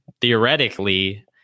theoretically